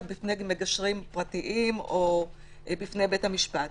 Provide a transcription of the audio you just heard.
בפני מגשרים פרטיים או בפני בית המשפט.